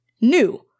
new